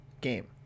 game